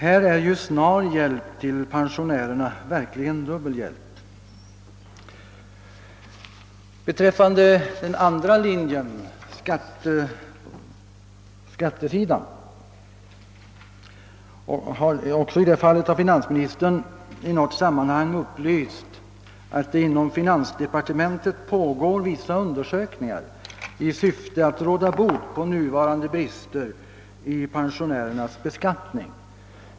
Härvidlag är ju snar hjälp till pensionärerna verkligen dubbel hjälp. Också när det gäller den förstnämnda vägen — alltså att gå via skatten — har finansministern i något sammanhang upplyst om att det inom finansdepartementet pågår vissa undersökningar i syfte att råda bot på nuvarande brister beträffande pensionärernas beskattning.